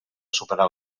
superar